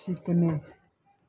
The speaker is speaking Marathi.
शिकणे